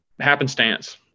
happenstance